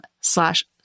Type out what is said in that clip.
slash